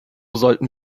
sollten